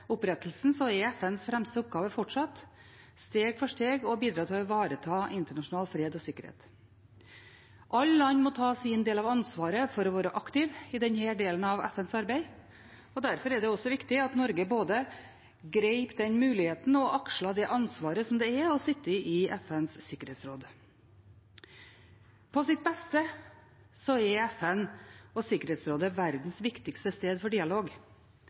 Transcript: opprettelsen er FNs fremste oppgave fortsatt steg for steg å bidra til å ivareta internasjonal fred og sikkerhet. Alle land må ta sin del av ansvaret for å være aktive i denne delen av FNs arbeid, og derfor er det også viktig at Norge både grep den muligheten og akslet det ansvaret som det er å sitte i FNs sikkerhetsråd. På sitt beste er FN og Sikkerhetsrådet verdens viktigste sted for dialog